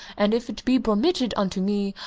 and if it be permitted unto me,